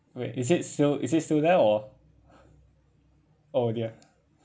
wait is it still is it still there or oh dear